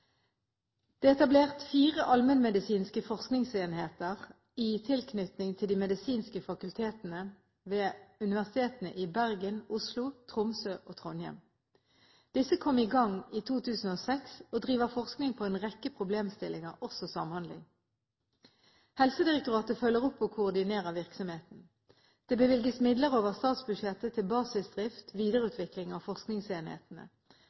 Det er etablert fire allmennmedisinske forskningsenheter i tilknytning til de medisinske fakultetene ved universitetene i Bergen, Oslo, Tromsø og Trondheim. Disse kom i gang i 2006, og driver forskning på en rekke problemstillinger, også samhandling. Helsedirektoratet følger opp og koordinerer virksomheten. Det bevilges midler over statsbudsjettet til basisdrift/videreutvikling av forskningsenhetene.